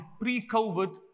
pre-COVID